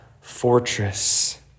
fortress